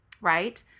right